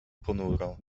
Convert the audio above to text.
ponuro